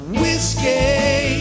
whiskey